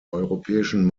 europäischen